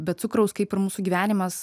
be cukraus kaip ir mūsų gyvenimas